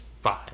five